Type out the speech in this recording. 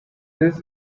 this